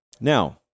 Now